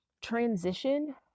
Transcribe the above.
transition